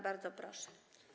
Bardzo proszę.